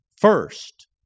First